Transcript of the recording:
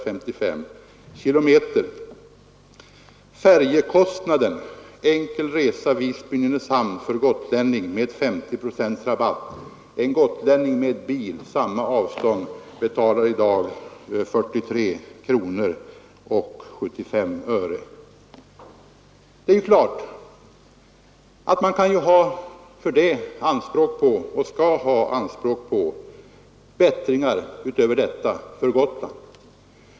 Färjekostnaden enkel resa Visby—Nynäshamn med 50 procents rabatt blir för gotlänningen med egen bil i dag 43 kronor 75 öre. Det är klart att man skall ha anspråk utöver detta för Gotlands del.